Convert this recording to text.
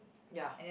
ya